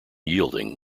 yielding